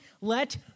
let